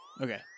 Okay